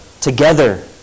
together